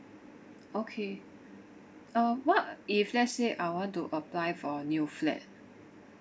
okay uh what if let's say I want to apply for a new flat